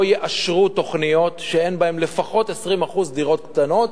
יאשרו תוכניות שאין בהן לפחות 20% דירות קטנות,